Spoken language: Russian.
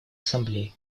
ассамблеи